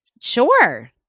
Sure